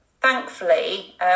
thankfully